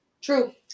true